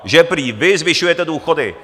Že prý vy zvyšujete důchody.